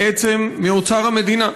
בעצם מאוצר המדינה,